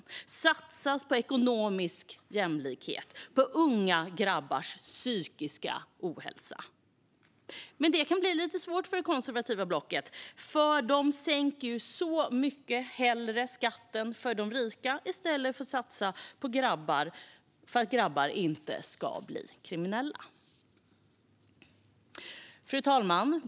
Det behöver satsas på ekonomisk jämlikhet och på att motverka unga grabbars psykiska ohälsa. Men det kan bli lite svårt för det konservativa blocket, för de sänker ju så mycket hellre skatten för de rika än satsar på grabbar för att dessa inte ska bli kriminella. Fru talman!